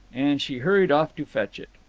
and she hurried off to fetch it.